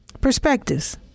perspectives